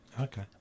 Okay